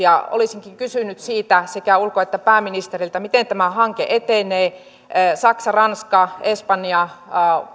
olisinkin kysynyt siitä sekä ulko että pääministeriltä miten tämä hanke etenee saksa ranska espanja